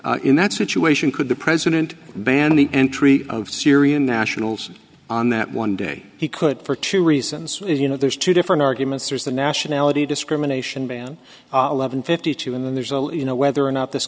americans in that situation could the president ban the entry of syrian nationals on that one day he could for two reasons you know there's two different arguments there's the nationality discrimination ban eleven fifty two and then there's a you know whether or not this